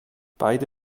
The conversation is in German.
beide